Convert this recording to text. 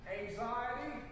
anxiety